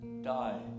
die